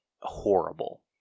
horrible